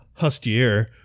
Hustier